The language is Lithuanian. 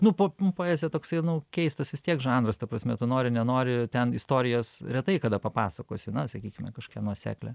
nu po poezija toksai nu keistas vis tiek žanras ta prasme tu nori nenori ten istorijas retai kada papasakosi na sakykime kažkokią nuoseklią